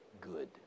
good